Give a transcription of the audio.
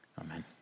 amen